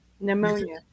Pneumonia